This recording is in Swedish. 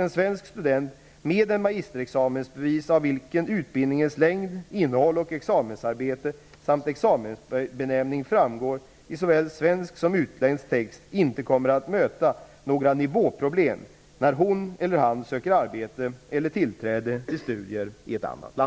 en svensk student med ett magisterexamensbevis av vilket utbildningens längd, innehåll och examensarbete samt examensbenämning framgår i såväl svensk som utländsk text inte kommer att möta några ''nivå''- problem när hon/han söker arbete eller tillträde till studier i ett annat land.